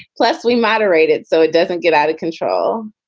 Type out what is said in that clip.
plus, we moderated so it doesn't get out of control.